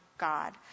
God